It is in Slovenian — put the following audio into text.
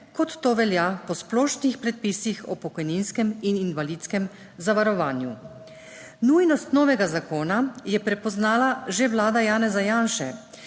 kot to velja po splošnih predpisih o pokojninskem in invalidskem zavarovanju. Nujnost novega zakona je prepoznala že vlada Janeza Janše,